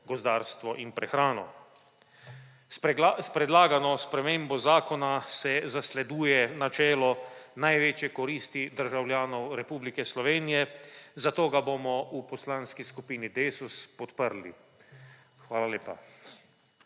gozdarstvo in prehrano. S predlagano spremembo zakona se zasleduje načelo največje koristi državljanov Republike Slovenije, zato ga bomo v Poslanski skupini Desus podprli. Hvala lepa.